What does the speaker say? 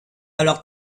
alors